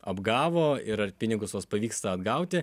apgavo ir ar pinigus tuos pavyksta atgauti